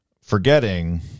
forgetting